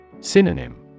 Synonym